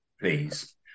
please